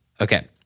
Okay